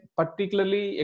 particularly